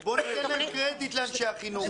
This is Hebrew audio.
בוא ניתן קרדיט לאנשי החינוך.